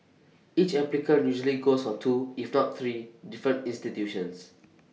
each applicant usually goes for two if not three different institutions